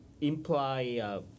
imply